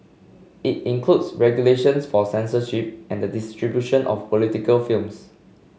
it includes regulations for censorship and distribution of political films